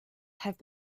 have